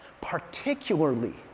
Particularly